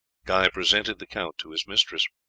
guy presented the count to his mistress.